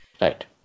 Right